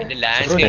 and allies yeah